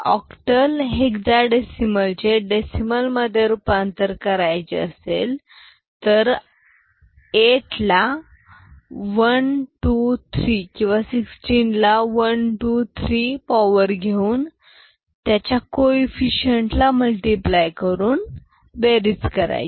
octal hexadecimal चे decimal मधे रूपांतर करायचे असेल तर 8 ला 1 23 किंवा 16 ला 1 2 3 पॉवर घेऊन त्याच्या coefficient ला multiply करून बेरीज करायची